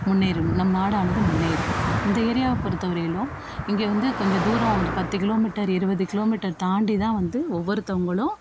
முன்னேறும் நம் நாடானது முன்னேறும் இந்த ஏரியாவை பொறுத்த வரையிலும் இங்கே வந்து கொஞ்ச தூரம் பத்து கிலோமீட்டர் இருபது கிலோமீட்டர் தாண்டிதான் வந்து ஒவ்வொருத்தங்களும்